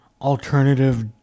Alternative